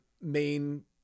main